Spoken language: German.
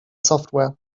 software